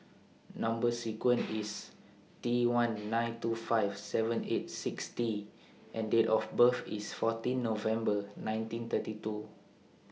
Number sequence IS T one nine two five seven eight six T and Date of birth IS fourteen November nineteen thirty two